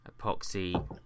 epoxy